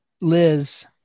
Liz